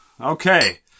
Okay